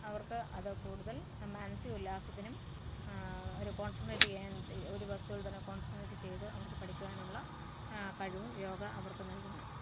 അവർക്കു അത് കൂടുതൽ മാനസിക ഉല്ലാസത്തിനും ഒരു കോൺസെൻട്രേറ്റ് ചെയ്യാൻ ഒരു വസ്തു തന്നെ കോൺസെൻട്രേറ്റ് ചെയ്ത് അവർക്ക് പഠിക്കുവാനുള്ള കഴിവും യോഗ അവർക്കു നൽകുന്നു